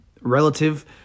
relative